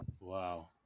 Wow